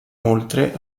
inoltre